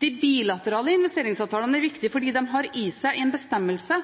De bilaterale investeringsavtalene er viktige fordi de har i seg en bestemmelse